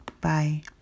Bye